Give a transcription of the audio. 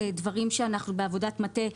זה דברים שבעבודת מטה,